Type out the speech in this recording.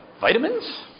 Vitamins